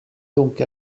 donc